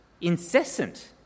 incessant